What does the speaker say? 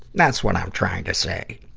that's what i'm trying to say.